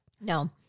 No